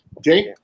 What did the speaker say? Jake